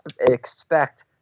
expect